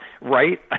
Right